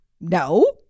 no